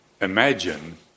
imagine